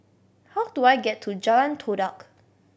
how do I get to Jalan Todak